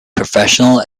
professional